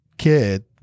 Kid